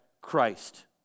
Christ